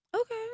Okay